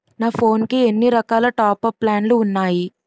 నా ఫోన్ కి ఎన్ని రకాల టాప్ అప్ ప్లాన్లు ఉన్నాయి?